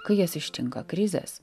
kai jas ištinka krizės